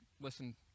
Listen